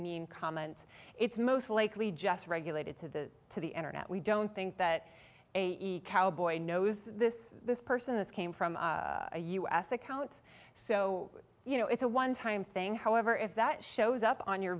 neat comment it's most likely just regulated to the to the internet we don't think that a cowboy knows this this person this came from a us account so you know it's a one time thing however if that shows up on your